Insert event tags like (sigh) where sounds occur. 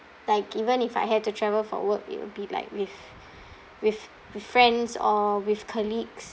like even if I had to travel for work it will be like with (breath) with with friends or with colleagues